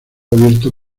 abierto